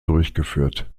durchgeführt